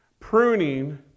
Pruning